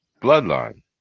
Bloodline